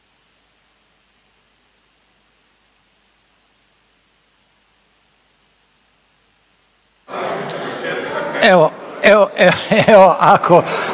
Evo, evo ako, ako